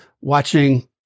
watching